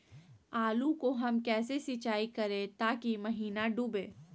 आलू को हम कैसे सिंचाई करे ताकी महिना डूबे?